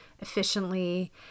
efficiently